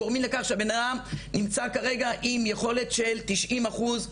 גורמים לכך שהבנאדם נמצא כרגע עם יכולת של 90 אחוז,